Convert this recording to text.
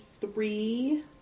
three